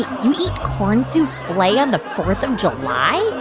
eat corn souffle on the fourth of july?